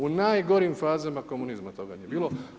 U najgorim fazama komunizma toga nije bilo.